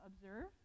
observe